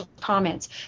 comments